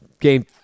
game